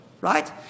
right